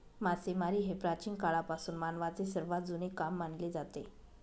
मासेमारी हे प्राचीन काळापासून मानवाचे सर्वात जुने काम मानले जाते